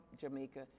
Jamaica